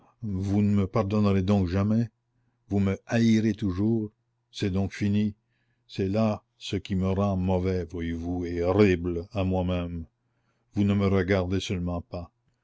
vous ne me pardonnerez donc jamais vous me haïrez toujours c'est donc fini c'est là ce qui me rend mauvais voyez-vous et horrible à moi-même vous ne me regardez seulement pas